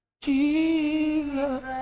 Jesus